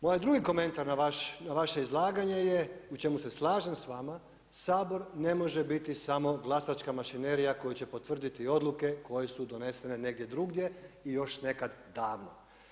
Moj drugi komentar na vaše izlaganje je u čemu se slažem sa vama Sabor ne može biti samo glasačka mašinerija koja će potvrditi odluke koje su donesene negdje drugdje i još nekad davno.